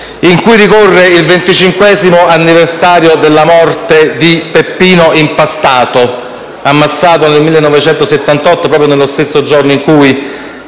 in cui ricorre il 25° anniversario della sua morte, Peppino Impastato, ammazzato nel 1978, proprio nello stesso giorno in cui